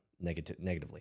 negatively